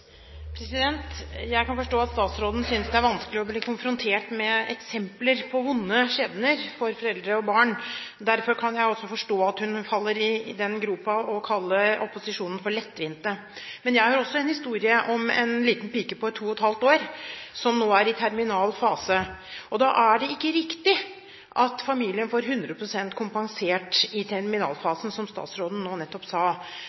Jeg kan forstå at statsråden synes det er vanskelig å bli konfrontert med eksempler på vonde skjebner for foreldre og barn. Derfor kan jeg også forstå at hun faller i den gropa at hun kaller opposisjonen for lettvinn. Men jeg har også en historie, om en liten pike på to og et halvt år som nå er i terminal fase, og det er ikke riktig at familien får 100 pst. kompensert i terminalfasen, som statsråden nå nettopp sa.